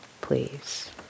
please